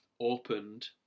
opened